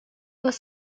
was